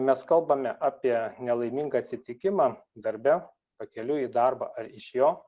mes kalbame apie nelaimingą atsitikimą darbe pakeliui į darbą ar iš jo